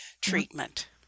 treatment